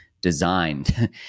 designed